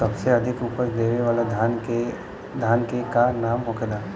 सबसे अधिक उपज देवे वाला धान के का नाम होखे ला?